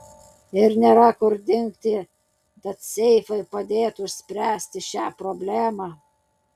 ir nėra kur dingti tad seifai padėtų išspręsti šią problemą